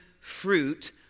fruit